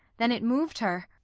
then it mov'd her?